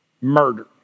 murder